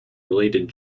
related